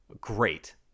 Great